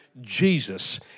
Jesus